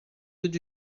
did